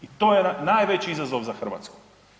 I to je najveći izazov za Hrvatsku.